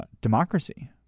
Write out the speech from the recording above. democracy